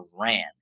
ran